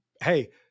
Hey